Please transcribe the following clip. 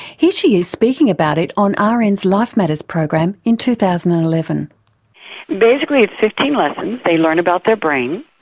here she is speaking about it on ah rn's life matters program in two thousand and eleven. basically it's fifteen lessons, they learn about their brain,